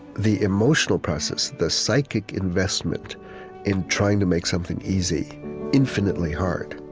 the emotional process, the psychic investment in trying to make something easy infinitely hard